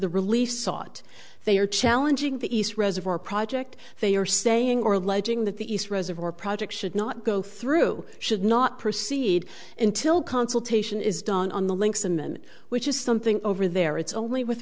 the relief sought they are challenging the east reservoir project they are saying or alleging that the east reservoir project should not go through should not proceed until consultation is done on the links to mn which is something over there it's only with